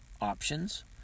options